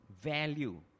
value